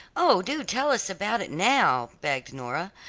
oh, do tell us about it now, begged nora,